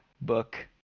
book